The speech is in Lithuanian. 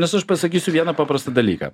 nes aš pasakysiu vieną paprastą dalyką